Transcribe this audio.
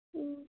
ꯎꯝ